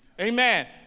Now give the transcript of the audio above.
Amen